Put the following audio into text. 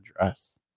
address